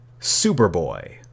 Superboy